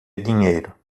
dinheiro